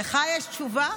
לך יש תשובה?